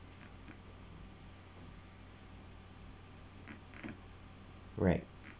right